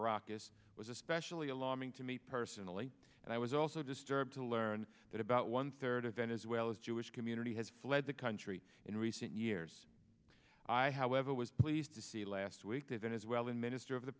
caracas was especially alarming to me personally and i was also disturbed to learn that about one third of venezuela's jewish community has fled the country in recent years i however was pleased to see last week that as well in minister of the